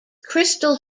crystal